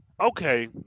Okay